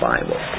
Bible